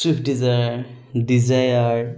swift Dzire Dzire